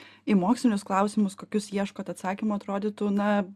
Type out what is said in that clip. į mokslinius klausimus kokius ieškot atsakymų atrodytų na